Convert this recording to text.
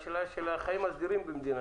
הן היו אמורות להיכנס ב-14:00 בצהריים ביום